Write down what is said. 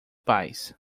pais